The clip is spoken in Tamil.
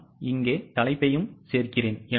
நான் இங்கே தலைப்பை சேர்க்கிறேன்